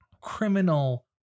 Criminal